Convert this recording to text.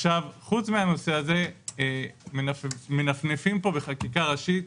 חוץ מהנושא הזה, מנופפים פה בחקיקה ראשית.